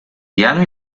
piano